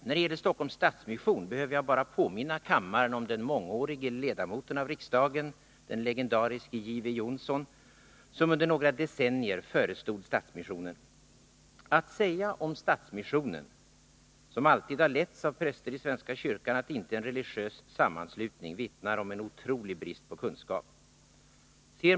När det gäller Stockholms stadsmission behöver jag bara påminna kammaren om den mångårige ledamoten av riksdagen, den legendariske J. W. Johnsson, som under några decennier förestod Stadsmissionen. Att säga om Stadsmissionen, som alltid har letts av präster i svenska kyrkan, att den inte är en religiös sammanslutning vittnar om en otrolig brist på kunskap.